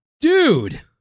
Dude